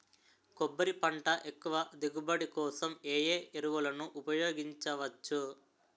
కొబ్బరి పంట ఎక్కువ దిగుబడి కోసం ఏ ఏ ఎరువులను ఉపయోగించచ్చు?